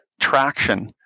traction